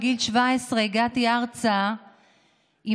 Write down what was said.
כשהגעתי ארצה בגיל 17,